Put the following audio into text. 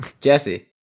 jesse